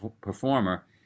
performer